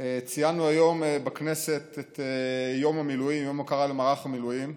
ציינו היום בכנסת את יום ההוקרה למערך המילואים,